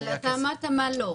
אבל אתה אמרת מה לא,